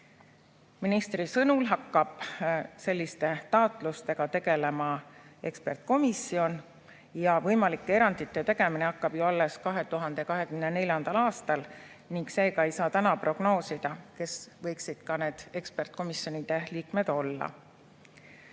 Ministri sõnul hakkab selliste taotlustega tegelema ekspertkomisjon ja võimalike erandite tegemine hakkab alles 2024. aastal, seega ei saa täna prognoosida, kes võiksid need ekspertkomisjonide liikmed olla.